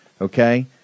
Okay